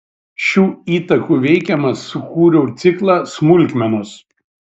šių įtakų veikiamas sukūriau ciklą smulkmenos